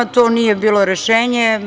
To nije bilo rešenje.